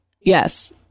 Yes